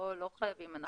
לא חייבים.